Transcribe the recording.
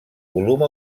volum